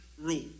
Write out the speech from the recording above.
rule